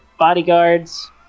Bodyguards